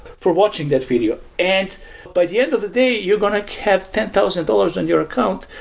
for watching that video. and by the end of the day, you're going to have ten thousand dollars in your account,